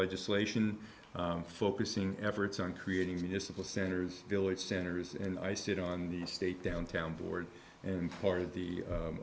legislation focusing efforts on creating a simple centers village centers and i sit on the state downtown board and part of the